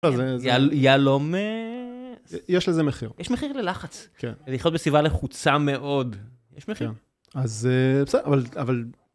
יהלום. יש לזה מחיר. יש מחיר ללחץ. כן. ללחיות בסביבה לחוצה מאוד. כן. יש מחיר. אז בסדר אבל אבל.